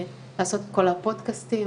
וזה רק הנושא של החיסכון הרפואי,